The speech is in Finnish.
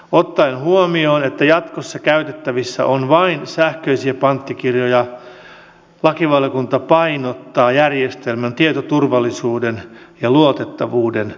ottaen huomioon että jatkossa käytettävissä on vain sähköisiä panttikirjoja lakivaliokunta painottaa järjestelmän tietoturvallisuuden ja luotettavuuden merkitystä